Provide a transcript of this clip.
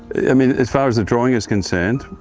i mean as far as the drawing is concerned,